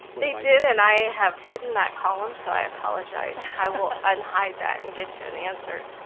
they did and i have hidden that column, so i apologize. i will unhide that and get you an answer.